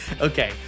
Okay